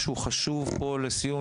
משהו חשוב פה לסיום,